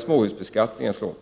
småhusbeskattningen.